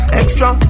extra